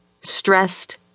stressed